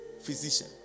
physician